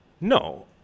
No